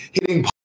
hitting